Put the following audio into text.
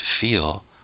feel